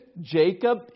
Jacob